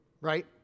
right